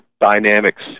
dynamics